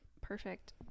perfect